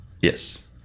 Yes